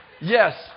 Yes